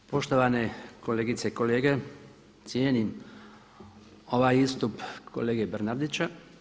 Poštovane kolegice i kolege, cijenim ovaj istup kolege Bernardića.